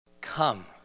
Come